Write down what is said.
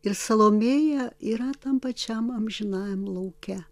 ir salomėja yra tam pačiam amžinajam lauke